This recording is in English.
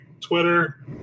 twitter